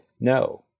no